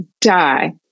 die